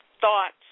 thoughts